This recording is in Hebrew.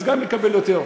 אז גם יקבל יותר.